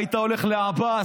היית הולך לעבאס.